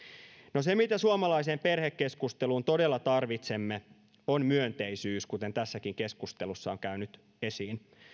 se mitä suomalaiseen perhekeskusteluun todella tarvitsemme on myönteisyys kuten tässäkin keskustelussa on käynyt ilmi